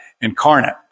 incarnate